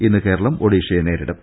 ഇന്ന് കേരളം ഒഡീഷയെ നേരിടും